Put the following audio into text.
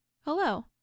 Hello